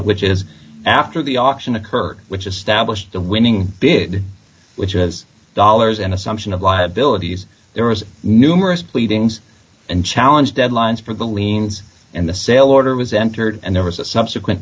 which is after the auction occurred which established the winning bid which was dollars and assumption of liabilities there was numerous pleadings and challenge deadlines for the liens and the sale order was entered and there was a subsequent